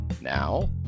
Now